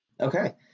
Okay